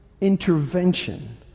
intervention